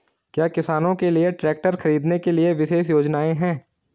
क्या किसानों के लिए ट्रैक्टर खरीदने के लिए विशेष योजनाएं हैं?